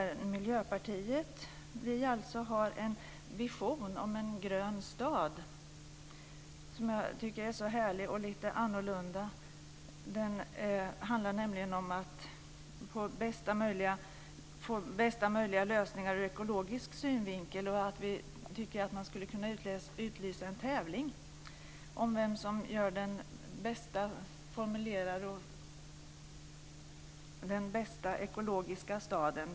I Miljöpartiet har vi en vision om en grön stad som jag tycker är härlig och lite annorlunda. Det handlar nämligen om att hitta bästa möjliga lösningar ur ekologisk synvinkel. Det skulle kunna utlysas en tävling om vem som skapar den bäst utformade ekologiska staden.